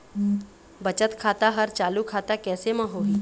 बचत खाता हर चालू खाता कैसे म होही?